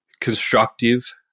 constructive